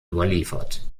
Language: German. überliefert